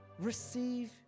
Receive